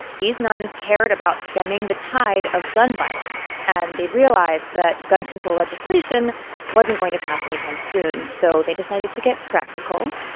these nuns cared about stemming the tide of gun violence, and they realized that gun control legislation wasn't going to pass anytime soon. so they decided to get practical,